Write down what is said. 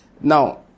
Now